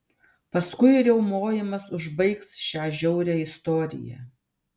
paskui riaumojimas užbaigs šią žiaurią istoriją